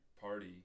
party